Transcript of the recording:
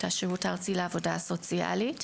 את השירות הארצי לעבודה סוציאלית.